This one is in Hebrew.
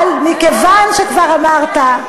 אבל מכיוון שכבר אמרת,